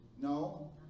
No